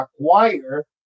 acquire